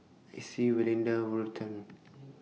Icey Valinda Burton